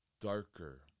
darker